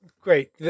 great